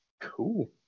Cool